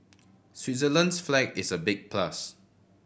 Switzerland's flag is a big plus